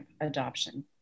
adoption